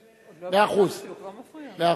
אני לא התכוונתי להיכנס לדיאלוג בין שני תתי-אלופים.